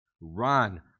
Run